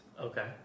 Okay